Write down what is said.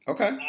Okay